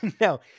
No